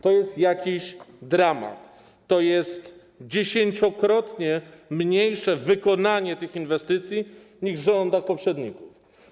To jest jakiś dramat, to jest 10-krotnie mniejsze wykonanie tych inwestycji niż za rządów poprzedników.